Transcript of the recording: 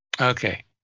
Okay